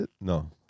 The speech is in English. No